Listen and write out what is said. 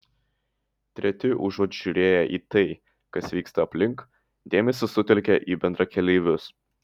treti užuot žiūrėję į tai kas vyksta aplink dėmesį sutelkia į bendrakeleivius